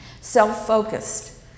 self-focused